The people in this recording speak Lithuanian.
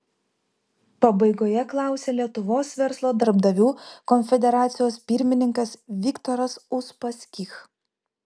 pabaigoje klausė lietuvos verslo darbdavių konfederacijos pirmininkas viktoras uspaskich